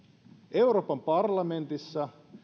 euroopan parlamentissa